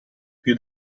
più